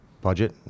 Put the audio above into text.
budget